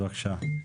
בבקשה.